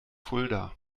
fulda